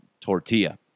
tortilla